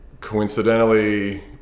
coincidentally